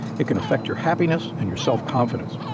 it can effect your happiness and your self-confidence.